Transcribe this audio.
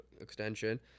extension